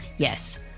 Yes